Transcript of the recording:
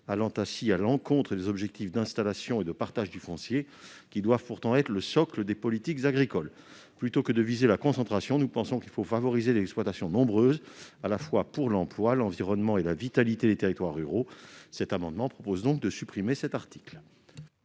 allant ainsi à l'encontre des objectifs d'installation et de partage du foncier, qui doivent pourtant être le socle des politiques agricoles. Plutôt que de viser la concentration, nous pensons qu'il faut favoriser une situation dans laquelle les exploitations sont nombreuses, pour préserver l'emploi, l'environnement et la vitalité des territoires ruraux. Cet amendement vise donc à supprimer cet article.